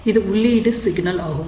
இது உள்ளீடு சிக்னல் ஆகும்